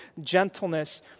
gentleness